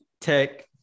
Tech